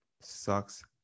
Sucks